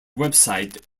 website